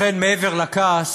לכן, מעבר לכעס,